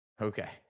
Okay